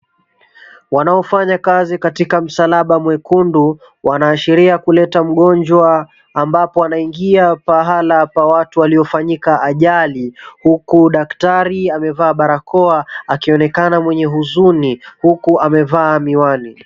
Wanaofanya kazi katika msalaba mwekundu, wanaashiria kuleta mgonjwa ambapo anaingia pahala pa watu waliofanyika ajali huku daktari amevaa barakoa, akionekana mwenye huzuni, huku amevaa miwani.